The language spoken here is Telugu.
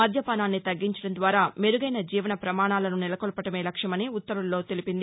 మద్యపానాన్ని తగ్గించడం ద్వారా మెరుగైన జీవన ప్రమాణాలను నెలకొల్పటమే లక్ష్యమని ఉత్తర్వుల్లో తెలిపింది